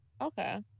okay